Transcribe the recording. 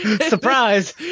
Surprise